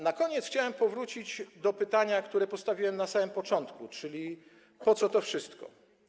Na koniec chciałem powrócić do pytania, które postawiłem na samym początku: Po co to wszystko?